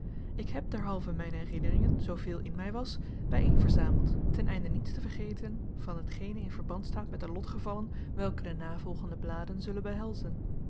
ik heb derhalve mijn herinneringen zooveel in mij was bijeenverzameld ten einde niets te vergeten van hetgene in verband staat met de lotgevallen welke de navolgende bladen zullen behelzen